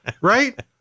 right